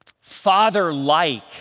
father-like